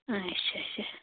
آچھا اچھا اچھا